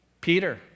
Peter